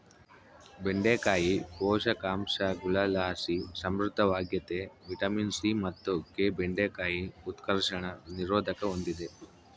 ಬೆಂಡೆಕಾಯಿ ಪೋಷಕಾಂಶಗುಳುಲಾಸಿ ಸಮೃದ್ಧವಾಗ್ಯತೆ ವಿಟಮಿನ್ ಸಿ ಮತ್ತು ಕೆ ಬೆಂಡೆಕಾಯಿ ಉತ್ಕರ್ಷಣ ನಿರೋಧಕ ಹೂಂದಿದೆ